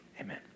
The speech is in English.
Amen